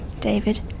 David